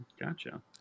Gotcha